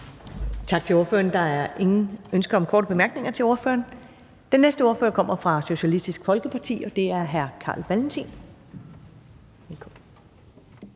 Tak til ordføreren. Der er ingen ønsker om korte bemærkninger til ordføreren. Den næste ordfører kommer fra Socialistisk Folkeparti, og det er hr. Carl Valentin. Velkommen.